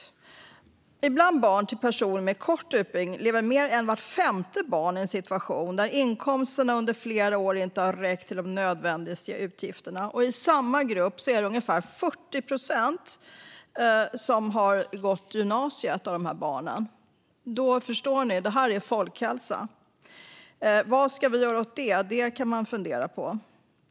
Mer än vart femte barn till personer med kort utbildning lever i en situation där inkomsterna under flera år inte har räckt till de nödvändigaste utgifterna. I samma grupp är det ungefär 40 procent som har gått i gymnasiet. Då förstår ni - det här är folkhälsa. Vad ska vi göra åt det? Det kan man fundera på.